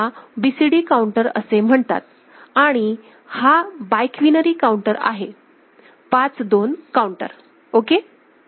ह्याला BCD counter असे म्हणतात आणि हा बाय क्वीनरी काउंटर आहे 5 2 काउंटर ओके